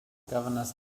governors